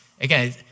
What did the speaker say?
Again